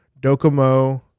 Docomo